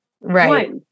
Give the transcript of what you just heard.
right